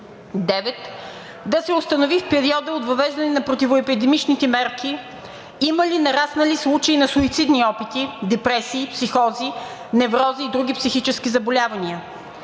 1.9. Да се установи в периода от въвеждане на противоепидемичните мерки има ли нараснали случаи на суицидни опити, депресии, психози, неврози и други психически заболявания?